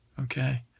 Okay